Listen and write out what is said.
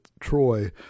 Troy